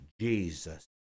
Jesus